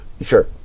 Sure